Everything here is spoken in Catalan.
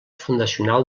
fundacional